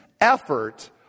effort